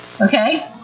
okay